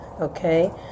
okay